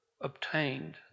obtained